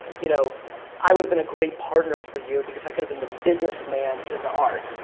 you know i would've been a great partner for you because i could've been the business man to the art,